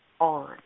on